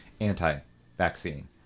anti-vaccine